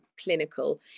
clinical